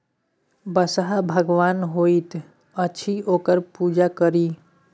बसहा भगवान होइत अछि ओकर पूजा करी